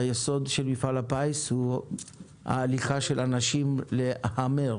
היסוד של מפעל הפיס הוא הליכה של אנשים להמר.